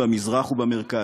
במזרח ובמרכז,